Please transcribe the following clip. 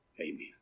Amen